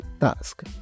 task